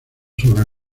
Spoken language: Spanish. sobre